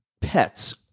pets